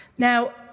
Now